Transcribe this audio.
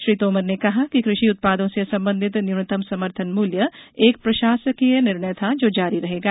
श्री तोमर ने कहा कि कृषि उत्पादों से संबंधित न्यूनतम समर्थन मूल्य एक प्रशासकीय निर्णय था जो जारी रहेगा